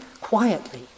quietly